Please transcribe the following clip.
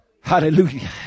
hallelujah